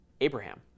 Abraham